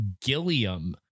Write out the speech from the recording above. Gilliam